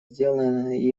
сделанное